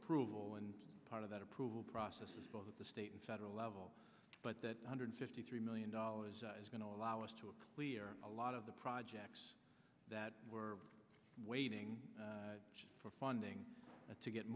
approval and part of that approval process is both at the state and federal level but that one hundred fifty three million dollars is going to allow us to a clear a lot of the projects that we're waiting for funding to get